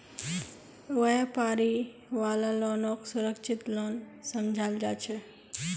व्यापारी वाला लोनक सुरक्षित लोन समझाल जा छे